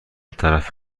طرف